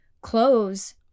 Clothes